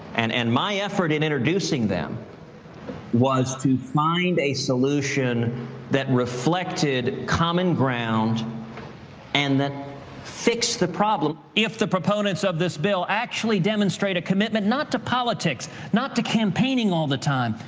and and my effort in introducing them was to find a solution that reflected reflected common ground and that fixed the problem. if the proponents of this bill actually demonstrate a commitment not to politics, not to campaigning all the time,